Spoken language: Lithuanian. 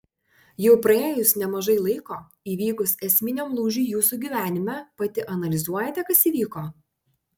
jau praėjus nemažai laiko įvykus esminiam lūžiui jūsų gyvenime pati analizuojate kas įvyko